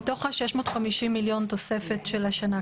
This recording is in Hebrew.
מתוך ה-650 מיליון תוספת של השנה,